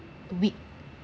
weak